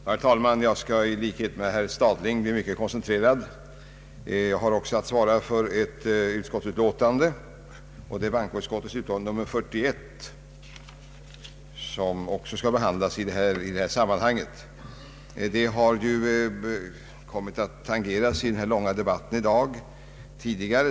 Herr talman! Mitt anförande skall i likhet med herr Stadlings bli mycket koncentrerat. Jag har också att svara för ett utskottsutlåtande, nämligen bankoutskottets utlåtande nr 41, vilket skall behandlas i det här sammanhanget. Det har kommit att tangeras tidigare i dag under den här långa debatten.